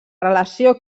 relació